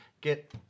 Get